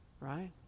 Right